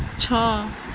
ଛଅ